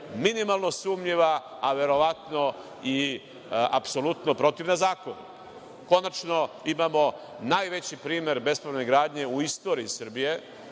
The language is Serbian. minimalno sumnjiva, a verovatno i apsolutno protivna zakonu. Konačno imamo najveći primer bespravne gradnje u istoriji Srbije,